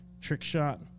Trickshot